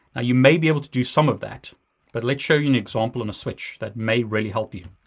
ah you may be able to do some of that but let's show you an example on a switch that may really help you.